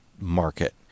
market